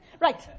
Right